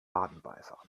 wadenbeißer